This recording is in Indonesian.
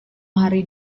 hari